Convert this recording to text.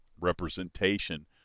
representation